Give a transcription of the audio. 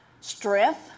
strength